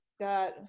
got